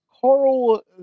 Carl